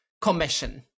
commission